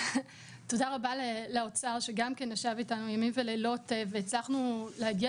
תודה רבה לאוצר שגם כן ישב איתנו ימים ולילות והצלחנו להגיע